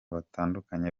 batandukanye